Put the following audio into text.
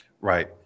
Right